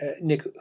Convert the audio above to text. nick